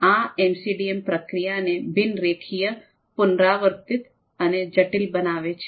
આ એમસીડીએમ પ્રક્રિયાને બિન રૈખિક પુનરાવર્તિત અને જટિલ બનાવે છે